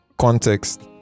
context